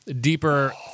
deeper